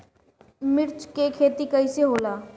मिर्च के खेती कईसे होला?